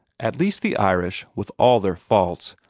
at least the irish, with all their faults,